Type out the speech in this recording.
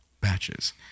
batches